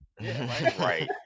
Right